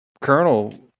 Colonel